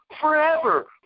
forever